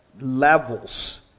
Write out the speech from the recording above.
levels